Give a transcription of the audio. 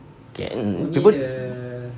can